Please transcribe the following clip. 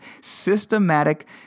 systematic